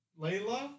Layla